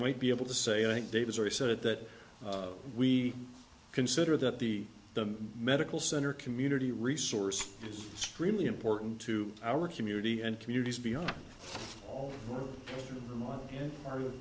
might be able to say i think david's already said that we consider that the the medical center community resource is really important to our community and communities beyond a